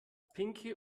pinke